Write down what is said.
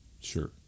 Sure